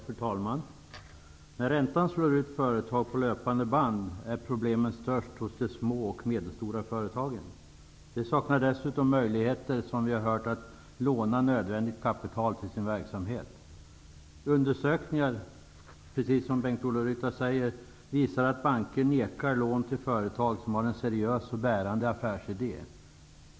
Fru talman! När räntan slår ut företag på löpande band, är problemen störst hos de små och medelstora företagen. De saknar dessutom möjligheter att låna nödvändigt kapital till sin verksamhet, som vi har hört. Undersökningar visar, precis som Bengt-Ola Ryttar sade, att banker nekar lån till företag som har en seriös och bärande affärsidé.